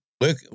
look